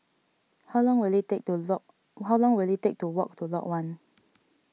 how long will it take to lock how long will it take to walk to Lot one